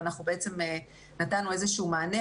ואנחנו בעצם נתנו איזה שהוא מענה,